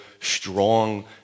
strong